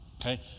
okay